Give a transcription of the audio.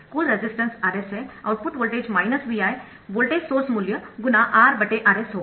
कुल resistance Rs है output voltage Vi voltage source मूल्य × R Rs होगा